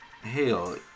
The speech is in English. hell